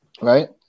right